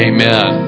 Amen